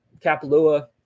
Kapalua